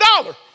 dollar